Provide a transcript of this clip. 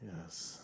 Yes